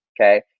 okay